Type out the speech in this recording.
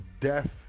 death